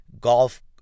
golf